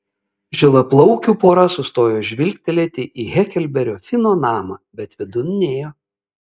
žilaplaukių pora sustojo žvilgtelėti į heklberio fino namą bet vidun nėjo